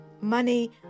money